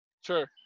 Sure